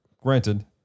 granted